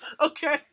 Okay